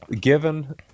Given